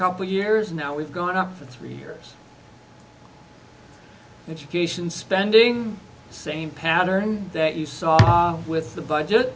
couple of years now we've gone up for three years education spending same pattern that you saw with the budget